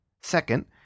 Second